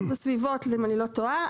אם אני לא טועה.